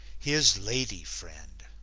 his lady friend